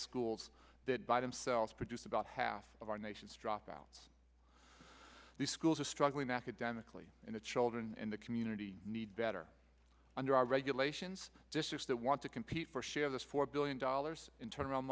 schools that by themselves produce about half of our nation's dropouts these schools are struggling academically and the children in the community need better under our regulations just that want to compete for share this four billion dollars in turn around